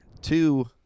two